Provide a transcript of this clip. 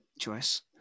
choice